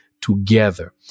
together